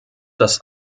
das